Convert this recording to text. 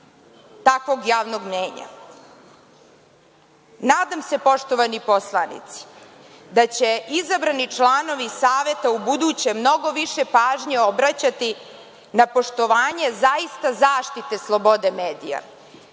takvog javnog mnjenja. Nadam se, poštovani poslanici, da će izabrani članovi Saveta ubuduće mnogo više pažnje obraćati na poštovanje zaista zaštite slobode medija,